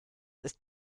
ist